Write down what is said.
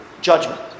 judgment